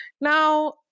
now